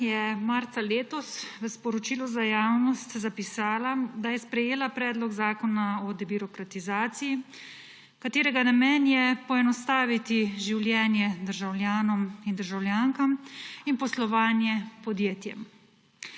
je marca letos v sporočilu za javnost zapisala, da je sprejela Predlog zakona o debirokratizaciji, katerega namen je poenostaviti življenje državljanom in državljankam in poslovanje podjetjem.